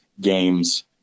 games